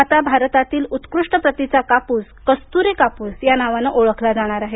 आता भारतातील उत्कृष्ट प्रतीचा कापूस कस्तुरी कापूस या नावाने ओळखला जाणार आहे